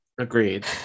Agreed